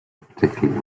particularly